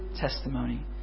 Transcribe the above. testimony